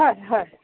হয় হয়